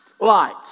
light